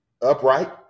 upright